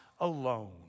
alone